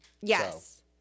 yes